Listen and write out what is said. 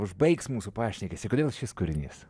užbaigs mūsų pašnekesį kodėl šis kūrinys